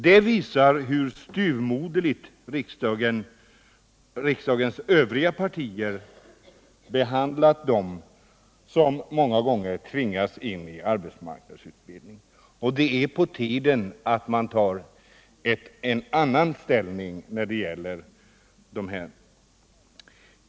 Det visar hur styvmoderligt riksdagens övriga partier behandlat dem som många gånger tvingats in på arbetsmarknadsutbildning. Det är nu på tiden att man intar en annan hållning när det gäller denna fråga.